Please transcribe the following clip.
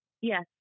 Yes